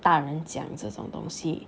大人讲这种东西